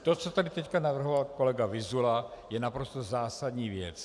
To, co tady teď navrhoval kolega Vyzula, je naprosto zásadní věc.